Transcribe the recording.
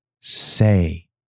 say